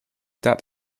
that